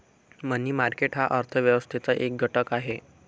मनी market हा अर्थ व्यवस्थेचा एक घटक आहे